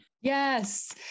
Yes